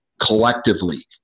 collectively